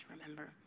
remember